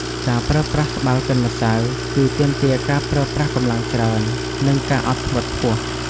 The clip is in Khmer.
ការប្រើប្រាស់ត្បាល់កិនម្សៅ គឺទាមទារការប្រើប្រាស់កម្លាំងច្រើន និងការអត់ធ្មត់ខ្ពស់។